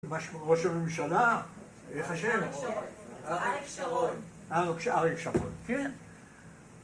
ראש הממשלה, איך השם? אריק שרון אריק שרון, כן